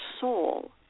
soul